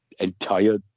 entire